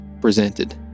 presented